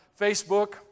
Facebook